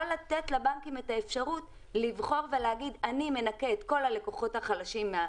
לא לתת לבנקים את האפשרות לבחור ולהגיד אני מנכה את כל הלקוחות החלשים.